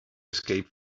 escape